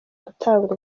gutanga